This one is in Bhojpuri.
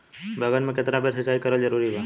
बैगन में केतना बेर सिचाई करल जरूरी बा?